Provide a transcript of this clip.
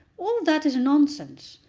all that is nonsense.